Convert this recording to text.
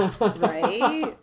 right